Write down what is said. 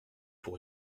pour